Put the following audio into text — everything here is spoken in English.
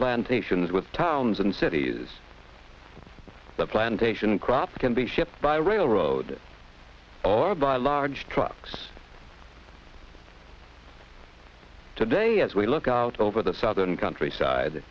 plantations with towns and cities the plantation crops can be shipped by railroad or by large trucks today as we look out over the southern countryside